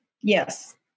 Yes